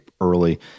early